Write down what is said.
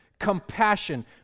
compassion